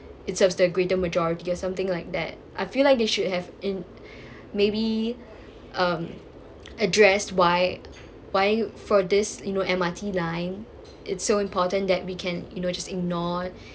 it serves the greater majority or something like that I feel like they should have in~ maybe um addressed why why for this you know M_R_T line it's so important that we can you know just ignore